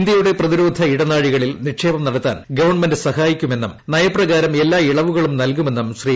ഇന്ത്യയുടെ പ്പ്തിരോധ ഇടനാഴി കളിൽ നിക്ഷേപം നടത്താൻ ഗവൺമെന്റ് സ്ക്ടിട്ട്യി്ക്കുമെന്നും നയപ്രകാരം എല്ലാ ഇളവുകളും നൽകുമെന്നും ശ്രീ